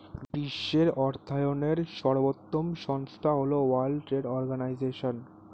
বিশ্বের অর্থায়নের সর্বোত্তম সংস্থা হল ওয়ার্ল্ড ট্রেড অর্গানাইজশন